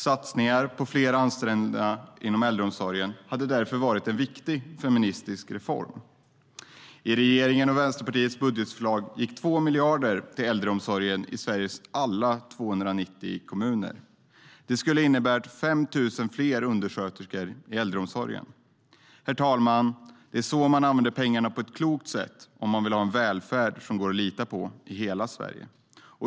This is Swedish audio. Satsningar på fler anställda inom äldreomsorgen hade därför varit en viktig feministisk reform. I regeringens och Vänsterpartiets budgetförslag gick 2 miljarder till äldreomsorgen i Sveriges alla 290 kommuner. Det skulle innebära 5 000 fler undersköterskor i äldreomsorgen. Det är så, herr talman, man använder pengarna på ett klokt sätt, om man vill ha en välfärd som man kan lita på i hela Sverige.